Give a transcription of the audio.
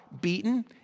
beaten